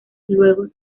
luego